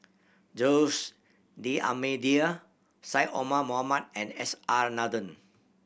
Jose D'Almeida Syed Omar Mohamed and S R Nathan